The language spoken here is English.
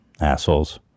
assholes